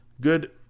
good